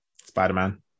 Spider-Man